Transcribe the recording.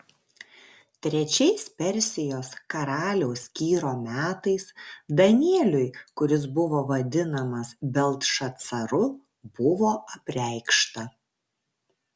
trečiais persijos karaliaus kyro metais danieliui kuris buvo vadinamas beltšacaru buvo apreikšta